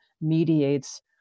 mediates